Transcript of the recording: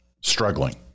struggling